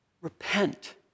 Repent